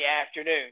afternoon